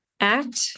Act